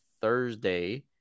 thursday